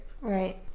right